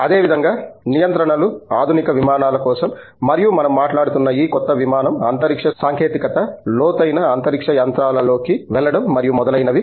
అదేవిధంగా నియంత్రణలు ఆధునిక విమానాల కోసం మరియు మనం మాట్లాడుతున్న ఈ కొత్త విమానం అంతరిక్ష సాంకేతికత లోతైన అంతరిక్ష యంత్రాలలోకి వెళ్లడం మరియు మొదలైనవి